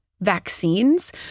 vaccines